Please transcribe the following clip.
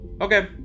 Okay